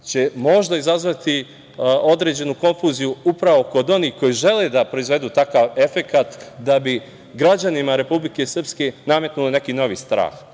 će možda izazvati određenu konfuziju upravo kod onih koji žele da proizvedu takav efekat da bi građanima Republike Srbije nametnuli neki novi strah.